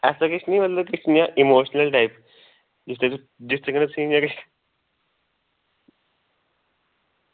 ऐसा किश नि मतलब किश इ'यां इमोशनल टाइप जिसदे कन्नै तुसेंगी इ'यां किश